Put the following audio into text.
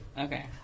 Okay